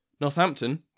Northampton